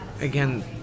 again